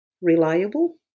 reliable